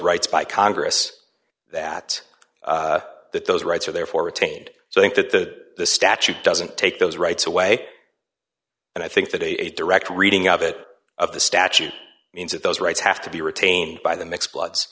rights by congress that that those rights are therefore retained so i think that the statute doesn't take those rights away and i think that a direct reading of it of the statute means that those rights have to be retained by the mixed bloods